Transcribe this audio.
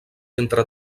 entre